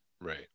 Right